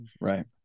Right